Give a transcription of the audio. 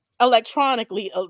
electronically